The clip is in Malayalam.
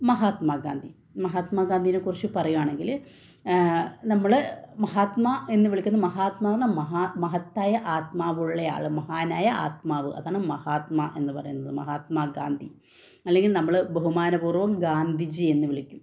മഹാത്മ ഗാന്ധി മഹാത്മ ഗാന്ധിനെ കുറിച്ച് പറയുകയാണെങ്കിൽ നമ്മൾ മഹാത്മ എന്ന് വിളിക്കുന്ന മഹാത്മാവ് ആണ് മഹത്തായ ആത്മാവുള്ള ആൾ മഹാനായ ആത്മാവ് അതാണ് മഹാത്മ എന്നു പറയുന്നത് മഹാത്മാ ഗാന്ധി അല്ലെങ്കിൽ നമ്മൾ ബഹുമാനപൂര്വ്വം ഗാന്ധിജി എന്ന് വിളിക്കും